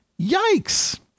yikes